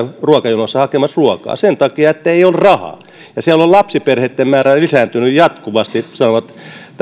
ruokajonossa hakemassa ruokaa sen takia ettei ole rahaa siellä on lapsiperheitten määrä lisääntynyt jatkuvasti sanovat